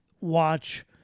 watch